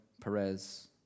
Perez